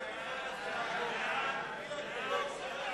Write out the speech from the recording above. מי נמנע?